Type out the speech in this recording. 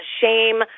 shame